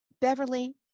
Beverly